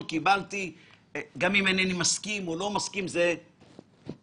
כשהוא לא אומר לי שיש בעייתיות בכך שיש מטבחון אל מול